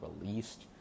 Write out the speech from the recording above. released